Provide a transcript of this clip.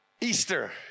Easter